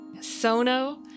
Sono